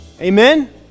amen